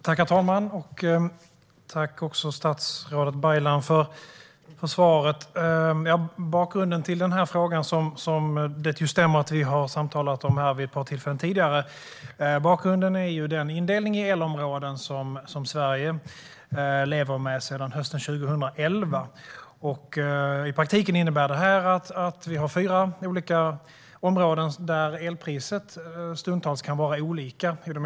Herr talman! Tack, statsrådet Baylan, för svaret! Det stämmer att vi har samtalat om den här frågan vid ett par tillfällen tidigare. Bakgrunden är den indelning i elområden som Sverige lever med sedan hösten 2011. Det innebär i praktiken att det finns fyra olika områden där elpriset stundtals kan vara olika.